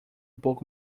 pouco